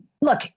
look